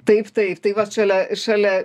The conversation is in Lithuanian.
taip taip tai vat šalia šalia